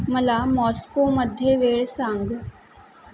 मला मॉस्कोमध्ये वेळ सांग